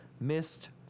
missed